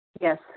Yes